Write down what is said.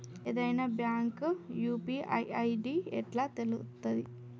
ఏదైనా bank UPI ID ఎట్లా తెలుత్తది?